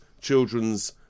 children's